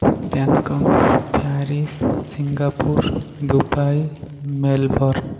Bangkok Paris Singapore Dubai Melbourne